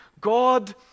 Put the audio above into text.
God